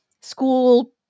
school